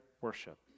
worship